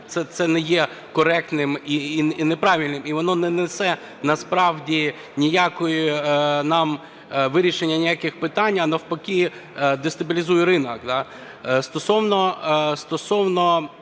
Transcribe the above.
це не є коректним і правильним, і воно не несе насправді ніякої нам, вирішення ніяких питань, а, навпаки, дестабілізує ринок. Стосовно